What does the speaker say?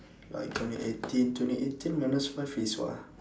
like twenty eighteen twenty eighteen minus five is what ah